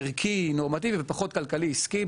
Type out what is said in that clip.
ערכי נורמטיבי ופחות כלכלי עסקי,